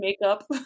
makeup